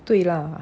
对 lah